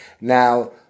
Now